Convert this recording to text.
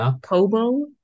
Kobo